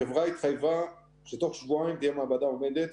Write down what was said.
החברה התחייבה שתוך שבועיים תהיה מעבדה עובדת,